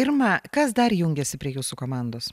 irma kas dar jungiasi prie jūsų komandos